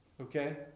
Okay